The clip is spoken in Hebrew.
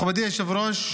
מכובדי היושב-ראש,